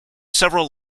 several